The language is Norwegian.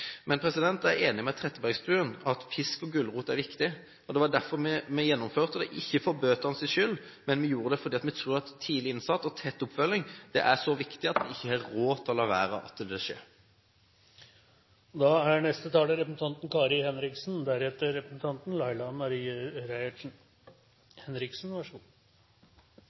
jeg er enig med Trettebergstuen i at pisk og gulrot er viktig. Det var derfor vi gjennomførte dette – vi gjorde det ikke for bøtenes skyld, men fordi vi tror at tidlig innsats og tett oppfølging er så viktig at vi ikke har råd til å la være at det vil skje. Jeg er veldig glad for at representanten